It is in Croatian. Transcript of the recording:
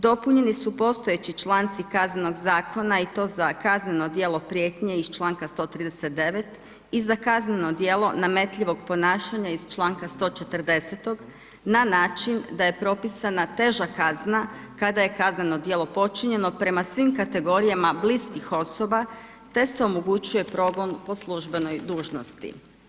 Dopunjeni su postojeći članci Kaznenog zakona i to za kazneno djelo prijetnje iz članka 139. i za kazneno djelo nametljivog ponašanja iz članka 140. na način da je propisana teža kazna kada je kazneno djelo počinjeno prema svim kategorijama bliskih osoba te se omogućuje progon po službenoj dužnosti.